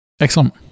Excellent